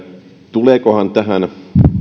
tuleekohan tähän